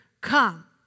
come